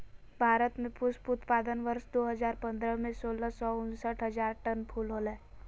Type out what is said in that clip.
भारत में पुष्प उत्पादन वर्ष दो हजार पंद्रह में, सोलह सौ उनसठ हजार टन फूल होलय